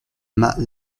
mat